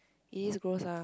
it is gross ah